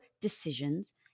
decisions